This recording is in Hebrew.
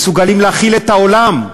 מסוגלים להאכיל את העולם.